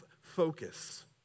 focus